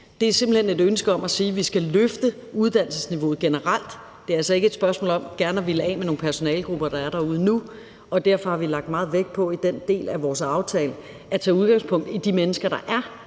hen et ønske om at sige, at vi skal løfte uddannelsesniveauet generelt. Det er altså ikke et spørgsmål om gerne at ville af med nogle personalegrupper, der er derude nu. Derfor har vi i den del af vores aftale lagt meget vægt på at tage udgangspunkt i de mennesker, der er